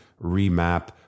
remap